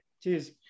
Cheers